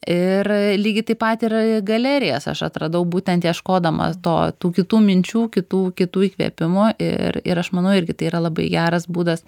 ir lygiai taip pat ir galerijas aš atradau būtent ieškodama to tų kitų minčių kitų kitų įkvėpimų ir ir aš manau irgi tai yra labai geras būdas